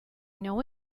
know